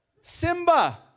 Simba